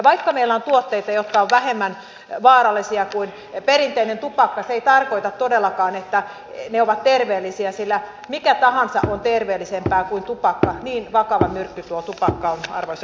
vaikka meillä on tuotteita jotka ovat vähemmän vaarallisia kuin perinteinen tupakka se ei tarkoita todellakaan että ne ovat terveellisiä sillä mikä tahansa on terveellisempää kuin tupakka niin vakava myrkky tuo tupakka on arvoisa puhemies